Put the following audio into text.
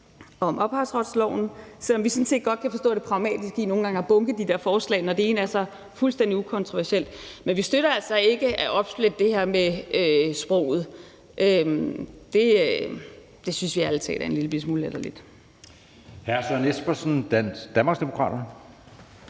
om ophavsretsloven, selv om vi sådan set godt kan forstå det pragmatiske i nogle gange at bunke de der forslag, når det ene er så fuldstændig ukontroversielt. Men vi støtter altså ikke at opsplitte i forhold til det her med sproget. Det synes vi ærlig talt er en lillebitte smule latterligt.